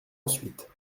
ensuite